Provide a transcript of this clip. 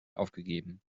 aufgegeben